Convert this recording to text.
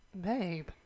Babe